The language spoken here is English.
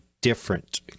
different